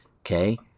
okay